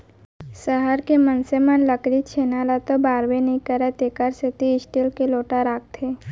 सहर के मनसे मन लकरी छेना ल तो बारबे नइ करयँ तेकर सेती स्टील के लोटा राखथें